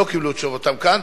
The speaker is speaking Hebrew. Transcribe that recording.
לא קיבלו את תשובתם כאן.